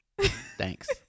Thanks